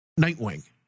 Nightwing